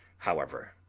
however,